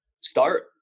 start